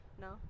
no